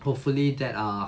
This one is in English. hopefully that ah